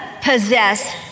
possess